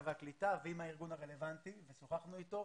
והקליטה ועם הארגון הרלוונטי ושוחחנו איתו.